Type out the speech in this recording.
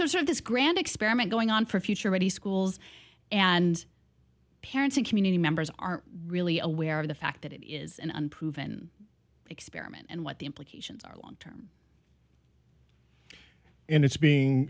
there's sort of this grand experiment going on for future ready schools and parents and community members are really aware of the fact that it is an unproven experiment and what the implications are long term and it's being